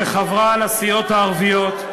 שחברה לסיעות הערביות.